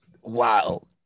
Wow